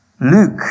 Luke